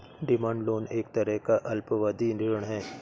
demand loan एक तरह का अल्पावधि ऋण है